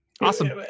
Awesome